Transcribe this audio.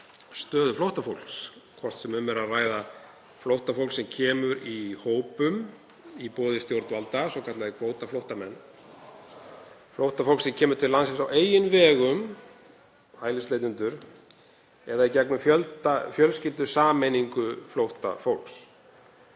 stöðu flóttafólks, hvort sem um er að ræða flóttafólk sem kemur í hópum í boði stjórnvalda, svokallaða kvótaflóttamenn, flóttafólk sem kemur til landsins á eigin vegum, hælisleitendur, eða í gegnum fjölskyldusameiningu flóttafólks.